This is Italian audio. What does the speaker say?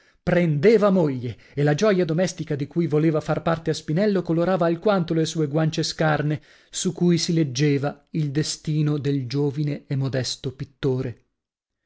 prendeva moglie e la gioia domestica di cui voleva far parte a spinello colorava alquanto le sue guance scarne su cui si leggeva il destino del giovine e modesto pittore